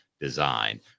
Design